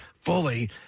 fully